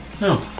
no